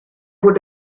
would